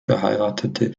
verheiratete